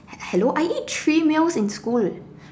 hello I eat three meals in school